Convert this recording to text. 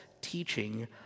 teaching